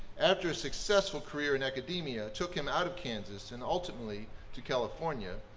after a successful career in academia took him out of kansas and ultimately to california,